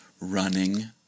running